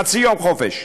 חצי יום חופש,